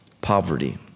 poverty